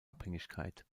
abhängigkeit